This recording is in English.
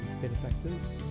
benefactors